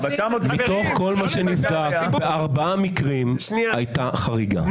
מתוך כל מה שנבדק בארבעה מקרים הייתה חריגה,